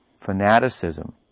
fanaticism